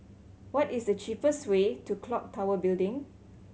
what is the cheapest way to Clock Tower Building